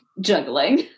juggling